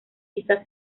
quizás